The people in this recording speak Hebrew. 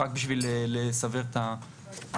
רק בשביל לסבר את האוזן,